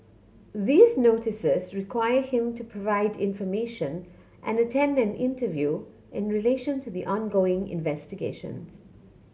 these Notices require him to provide information and attend an interview in relation to the ongoing investigations